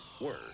word